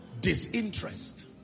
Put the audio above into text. Disinterest